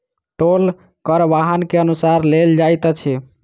टोल कर वाहन के अनुसार लेल जाइत अछि